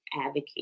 advocate